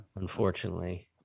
unfortunately